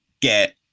get